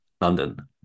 London